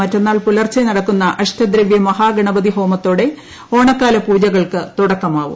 മറ്റെന്നാൾ പൂലർച്ചെ നടക്കുന്ന അഷ്ടദ്രവ്യ മഹാഗണപതി ഹോമത്തോടെ ഓണക്കാല പൂജകൾക്ക് തുടക്കമാകും